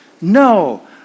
No